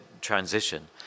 transition